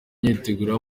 myiteguro